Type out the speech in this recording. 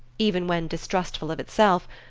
even when distrustful of itself,